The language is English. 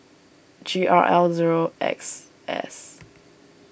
G R L zero X S